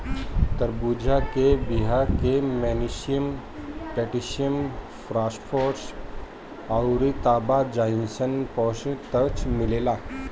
तरबूजा के बिया में मैग्नीशियम, पोटैशियम, फास्फोरस अउरी तांबा जइसन पोषक तत्व मिलेला